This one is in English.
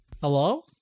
Hello